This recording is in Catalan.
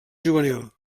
juvenil